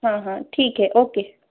हाँ हाँ ठीक है ओ के